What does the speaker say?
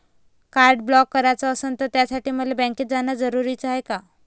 Card block कराच असनं त त्यासाठी मले बँकेत जानं जरुरी हाय का?